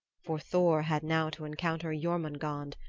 for thor had now to encounter jormungand,